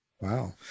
Wow